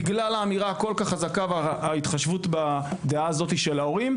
בגלל האמירה הכל כך חזקה וההתחשבות בדעה הזאת של ההורים,